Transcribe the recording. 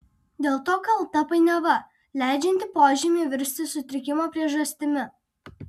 dėl to kalta painiava leidžianti požymiui virsti sutrikimo priežastimi